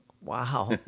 wow